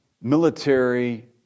military